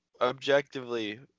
objectively